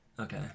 Okay